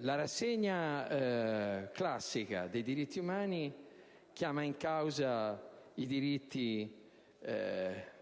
La rassegna classica dei diritti umani chiama in causa i diritti di